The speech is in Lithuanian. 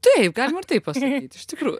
taip galima ir taip pasakyt iš tikrųjų